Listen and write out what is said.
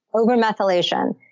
over methylation.